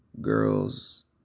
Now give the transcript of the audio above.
girls